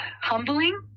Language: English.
humbling